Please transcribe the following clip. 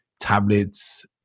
tablets